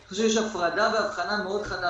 אני חושב שיש הפרדה והבחנה מאוד חדה